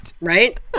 Right